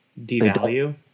Devalue